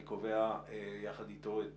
אני קובע יחד איתו את